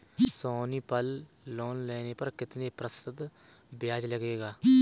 सोनी पल लोन लेने पर कितने प्रतिशत ब्याज लगेगा?